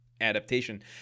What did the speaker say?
adaptation